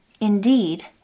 Indeed